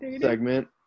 segment